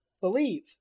believe